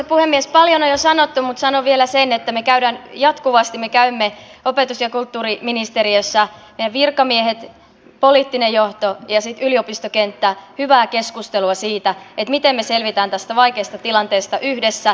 paljon on jo sanottu mutta sanon vielä sen että me käymme jatkuvasti opetus ja kulttuuriministeriössä meidän virkamiehet poliittinen johto ja sitten yliopistokenttä hyvää keskustelua siitä miten me selviämme tästä vaikeasta tilanteesta yhdessä